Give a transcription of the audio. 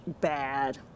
bad